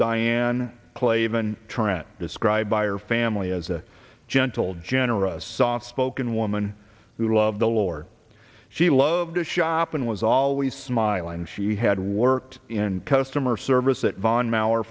diane klavan tran described by her family as a gentle generous soft spoken woman who loved the lord she loved to shop and was always smiling she had worked in customer service that von